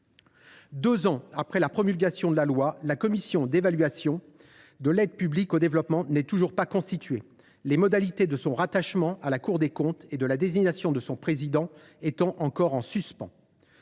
Deux ans après la promulgation de cette loi, la commission d’évaluation de l’aide publique au développement n’est toujours pas constituée, les modalités de son rattachement à la Cour des comptes et de la désignation de son président étant encore en suspens.